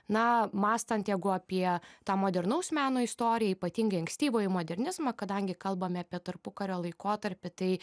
na mąstant jeigu apie tą modernaus meno istoriją ypatingai ankstyvąjį modernizmą kadangi kalbame apie tarpukario laikotarpį tai